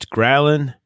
Growling